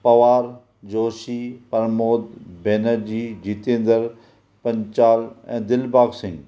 पवार जोशी प्रमोद बेनर्जी जितेंद्र पंचाल ऐं दिलबाग सिंग